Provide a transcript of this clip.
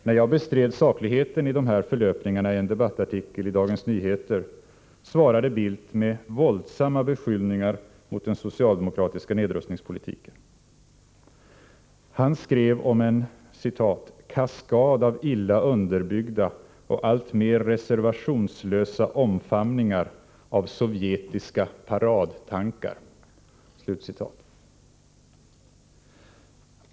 När jag bestred sakligheten i dessa förlöpningar i en debattartikel i DN svarade Bildt med våldsamma beskyllningar mot den socialdemokratiska nedrustningspolitiken. Han skrev om en ”kaskad av illa underbyggda och alltmer reservationslösa omfamningar av sovjetiska paradtankar”.